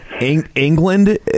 England